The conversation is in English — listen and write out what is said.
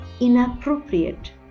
inappropriate